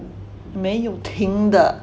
没有停的